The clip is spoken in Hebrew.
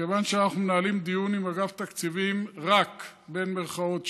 מכיוון שאנחנו מנהלים דיון עם אגף תקציבים "רק" בין מירכאות,